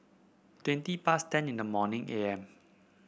twenty past ten in the morning A M